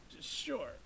sure